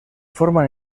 forman